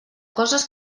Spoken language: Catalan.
coses